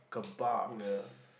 yeah